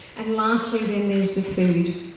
and lastly then there's the food.